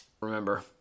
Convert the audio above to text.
Remember